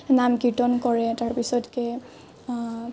নাম কীৰ্তন কৰে তাৰপিছতকে